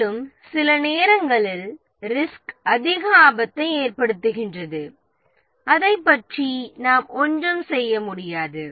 மேலும் சில நேரங்களில் ரிஸ்க் அதிக ஆபத்தை ஏற்படுத்துகின்றது அதைப் பற்றி நாம் ஒன்றும் செய்ய முடியாது